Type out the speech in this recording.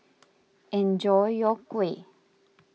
enjoy your Kuih